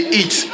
eat